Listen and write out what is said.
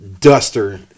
duster